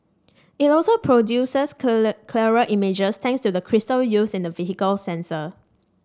it also produces clear clearer images thanks to the crystal used in the vehicle's sensor